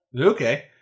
Okay